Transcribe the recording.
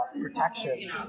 protection